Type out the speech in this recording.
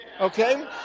Okay